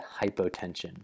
hypotension